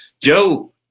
Joe